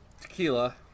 Tequila